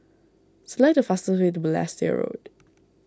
select the fastest way to Balestier Road